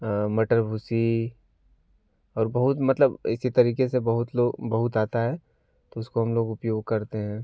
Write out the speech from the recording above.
मटर भूसी और बहुत मतलब इसी तरीके से बहुत ही बहुत आता है तो उसको हम लोग उपयोग करते है